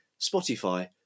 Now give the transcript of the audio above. Spotify